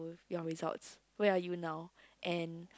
your results where are you now and